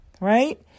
right